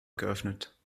geöffnet